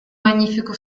magnifico